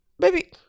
baby